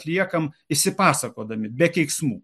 atliekam išsipasakodami be keiksmų